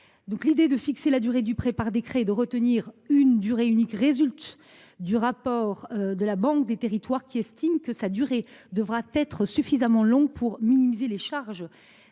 L’idée de fixer la durée du prêt par décret et de retenir une durée unique résulte du rapport de la Banque des territoires : celle ci avait estimé que la durée du prêt devrait être suffisamment longue pour minimiser les charges